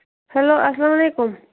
hello اَسلام علیکُم